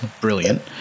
brilliant